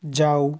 যাও